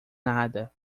nada